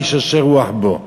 איש אשר רוח בו.